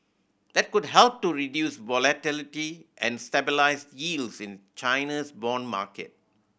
that could help to reduce volatility and stabilise yields in China's bond market